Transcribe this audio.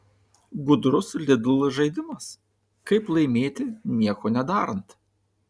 gudrus lidl žaidimas kaip laimėti nieko nedarant